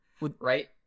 right